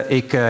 ik